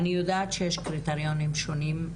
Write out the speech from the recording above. אני יודעת שיש קריטריונים שונים,